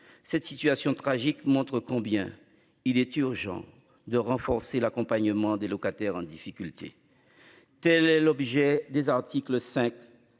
Cette situation tragique montre combien il est urgent de renforcer l'accompagnement des locataires en difficulté. Telle est l'objet des articles 5.